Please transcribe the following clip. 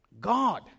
God